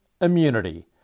immunity